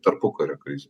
tarpukario krizę